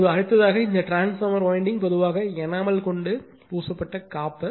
இப்போது அடுத்ததாக இந்த டிரான்ஸ்பார்மர் வைண்டிங் பொதுவாக எனாமல் கொண்டு பூசப்பட்ட காப்பர்